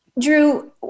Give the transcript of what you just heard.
Drew